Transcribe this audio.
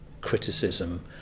criticism